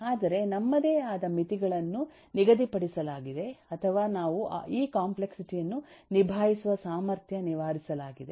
ಆದರೆ ನಮ್ಮದೇ ಆದ ಮಿತಿಗಳನ್ನು ನಿಗದಿಪಡಿಸಲಾಗಿದೆ ಅಥವಾ ನಾವು ಈ ಕಾಂಪ್ಲೆಕ್ಸಿಟಿ ಯನ್ನು ನಿಭಾಯಿಸುವ ಸಾಮರ್ಥ್ಯ ನಿವಾರಿಸಲಾಗಿದೆ